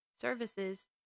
Services